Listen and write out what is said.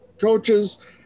coaches